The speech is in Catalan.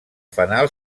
fanal